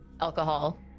alcohol